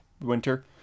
winter